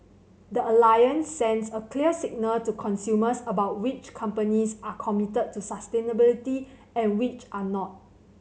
the Alliance sends a clear signal to consumers about which companies are committed to sustainability and which are not